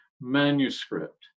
manuscript